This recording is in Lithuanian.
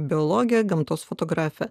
biologe gamtos fotografe